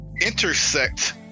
intersect